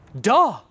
duh